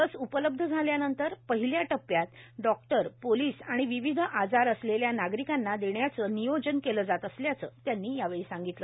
लस उपलब्ध झाल्यानंतर पहिल्या टप्प्यात डॉक्टर पोलीस आणि विविध आजार असलेल्या नागरिकांना देण्याचं नियोजन केलं जात असल्याचं त्यांनी सांगितलं